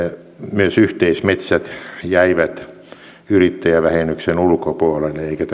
myös yhteismetsät jäivät yrittäjävähennyksen ulkopuolelle eikä